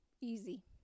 easy